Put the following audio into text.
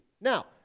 Now